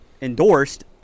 endorsed